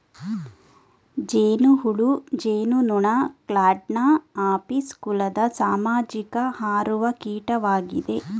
ಜೇನುಹುಳು ಜೇನುನೊಣ ಕ್ಲಾಡ್ನ ಅಪಿಸ್ ಕುಲದ ಸಾಮಾಜಿಕ ಹಾರುವ ಕೀಟವಾಗಿದೆ